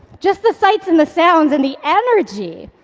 just the sights, and the sounds, and the energy.